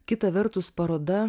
kita vertus paroda